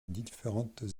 différentes